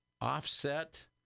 offset